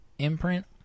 Imprint